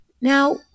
Now